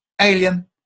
alien